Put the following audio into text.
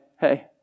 hey